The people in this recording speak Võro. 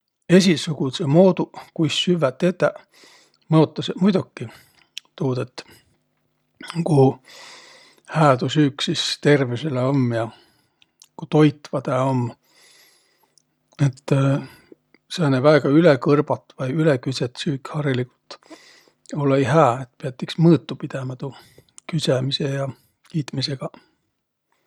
Esiqsugudsõq mooduq, kuis süvväq tetäq mõotasõq muidoki tuud, et ku hää tuu süük sis tervüsele um ja, ku toitva tä um. Et sääne väega ülekõrbat vai ülekõrbat süük olõ-õi hää. Et piät iks mõõtu pidämä tuu küdsämise ja kiitmisegaq.